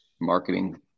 marketing